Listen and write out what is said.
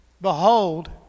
Behold